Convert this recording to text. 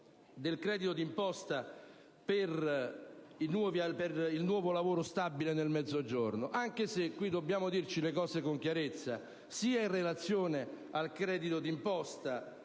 del credito d'imposta per il nuovo lavoro stabile nel Mezzogiorno. Qui, però, dobbiamo dirci le cose con chiarezza, in relazione sia al credito di imposta